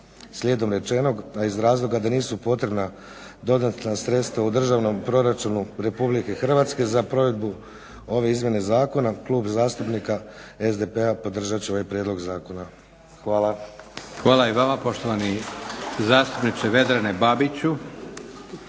Slijedom rečenog, a iz razloga da nisu potrebna dodatna sredstva u državnom proračunu RH za provedbu ove izmjene zakona Klub zastupnika SDP-a podržat će ovaj prijedlog zakona. Hvala. **Leko, Josip (SDP)** Hvala i vama. Poštovani zastupniče Vedrane Babiću.